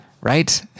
right